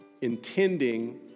intending